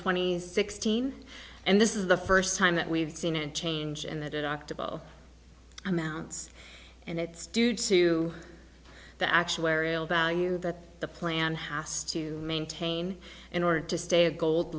twenty sixteen and this is the first time that we've seen a change in the deductible amounts and it's due to the actuarial value that the plan hast to maintain in order to stay a gold